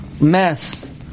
mess